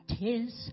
Tis